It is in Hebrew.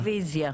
רביזיה.